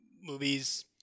movies